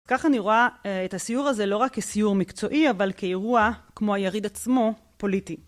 כך אני רואה את הסיור הזה לא רק כסיור מקצועי, אבל כאירוע, כמו היריד עצמו, פוליטי.